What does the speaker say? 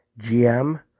GM